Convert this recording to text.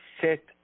set